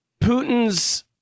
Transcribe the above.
Putin's